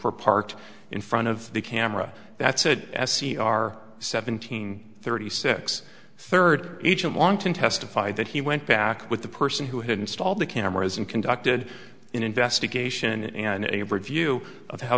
were parked in front of the camera that said s e r seventeen thirty six third each and long to testify that he went back with the person who had installed the cameras and conducted an investigation and a bridge view of how